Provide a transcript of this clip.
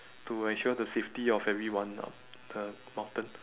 to ensure the safety of everyone on the mountain